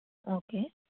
okay